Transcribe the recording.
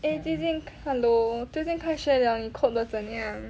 eh 最近看 hello 最近开学了你 cope 得怎么样